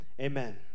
Amen